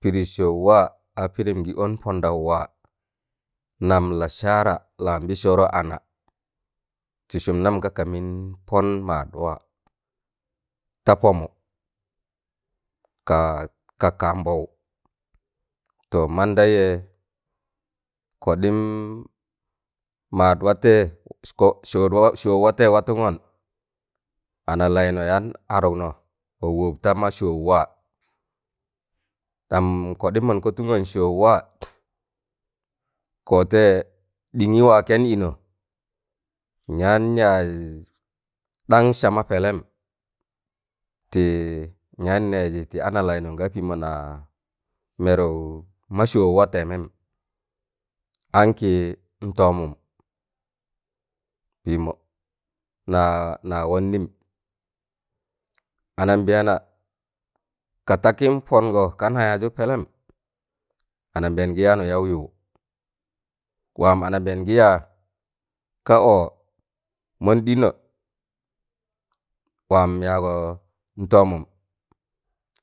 Pịdị sọọụ waa a pịdịm gị ọn pọndaụ waa nam lasara lambịsọọrọ ana ti sụm nam ka kamịn pọn maadwaa ta pọmụ ka kan bọwụ to mandẹịjẹ kọɗịm maadwa tẹị ko sọụ sọụ watẹịyẹ watụngọn analaịnọ yaan adụknọ wa wop tama sọọu waa ɗam kọɗịm mọn kọtụngọn sọọụ waa kọtẹịyẹ ɗịnyị waa kẹn inọ nyaan yaaz ɗan sama pẹlẹm tịị nyaan nẹẹjị tị ana laịnọ ngapịịmọ na mẹrụk ma sọọu wa tẹẹmẹm ankị ntọọmụm pịịmọ na na wannịm ana mbẹẹna ka takịn pọngọ kana yaazụ pẹlẹm anambẹẹn gị yaanụ yaụ yuụ waam anabẹẹn gị yaa ka ọọ mọn ɗịnọ waam yaagọ ntọọmụm